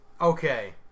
Okay